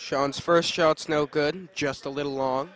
shown first show it's no good just a little long